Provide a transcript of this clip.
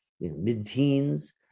mid-teens